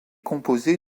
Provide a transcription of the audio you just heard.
composé